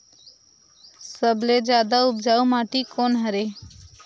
सबले जादा उपजाऊ माटी कोन हरे?